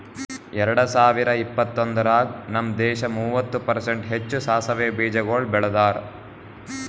ಎರಡ ಸಾವಿರ ಇಪ್ಪತ್ತೊಂದರಾಗ್ ನಮ್ ದೇಶ ಮೂವತ್ತು ಪರ್ಸೆಂಟ್ ಹೆಚ್ಚು ಸಾಸವೆ ಬೀಜಗೊಳ್ ಬೆಳದಾರ್